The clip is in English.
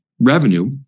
Revenue